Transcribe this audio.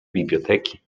biblioteki